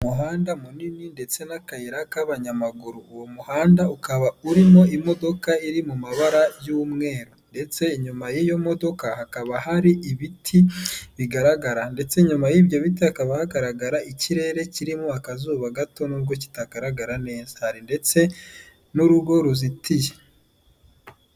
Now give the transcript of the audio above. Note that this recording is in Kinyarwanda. Umuhanda munini ndetse n'akayira k'abanyamaguru uwo muhanda ukaba urimo imodoka iri mu mabara y'umweru ndetse nyuma y'iyo modoka hakaba hari ibiti bigaragara ndetse nyuma y'ibyoti hakaba hagaragara ikirere kirimo akazuba gato nubwo kitagaragara nezatari ndetse n'urugo ruzitiye.